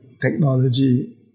technology